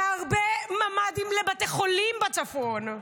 זה הרבה ממ"דים לבתי חולים בצפון.